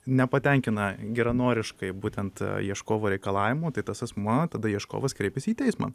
nepatenkina geranoriškai būtent ieškovo reikalavimų tai tas asmuo tada ieškovas kreipiasi į teismą